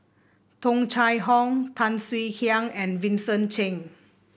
Tung Chye Hong Tan Swie Hian and Vincent Cheng